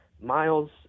miles